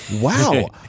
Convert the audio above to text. wow